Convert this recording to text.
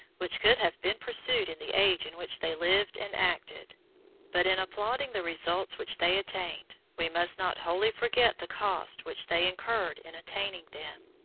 which could have been pursued in the age in which they lived and acted but, in applauding the results which they attained, we must not wholly forget the cost which they incurred in attaining them.